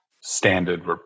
standard